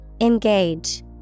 Engage